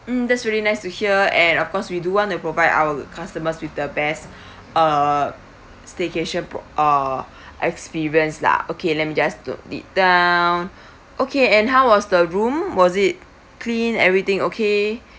mm that's really nice to hear and of course we do want to provide our customers with the best uh staycation pr~ uh experience lah okay let me just note it down okay and how was the room was it clean everything okay